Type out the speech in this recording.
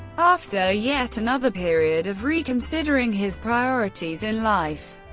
after yet another period of reconsidering his priorities in life,